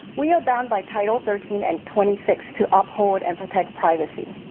we are bound by title thirteen and twenty six to uphold and protect privacy.